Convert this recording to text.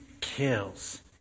kills